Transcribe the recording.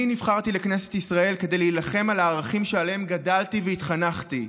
אני נבחרתי לכנסת ישראל כדי להילחם על הערכים שעליהם גדלתי והתחנכתי,